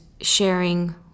sharing